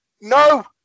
no